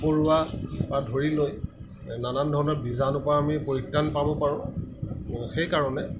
পোক পৰুৱাৰ পৰা ধৰি লৈ নানান ধৰণৰ বীজাণুৰ পৰা আমি পৰিত্ৰাণ পাৰ পাৰোঁ সেইকাৰণে